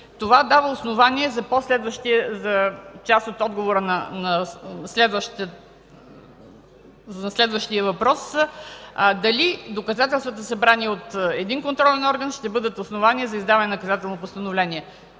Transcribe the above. това дава основание за част от отговора на следващия въпрос: дали доказателствата, събрани от един контролен орган, ще бъдат основание за издаване на наказателно постановление?